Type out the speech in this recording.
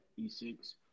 E6